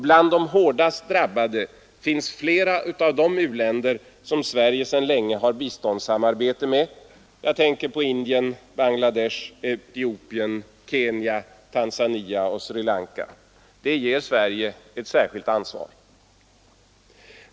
Bland de hårdast drabbade länderna finns flera av de u-länder Sverige sedan länge har biståndssamarbete med. Jag tänker på Indien, Bangladesh, Etiopien, Kenya, Tanzania och Sri Lanka. Det ger Sverige ett särskilt ansvar.